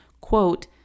quote